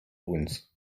uns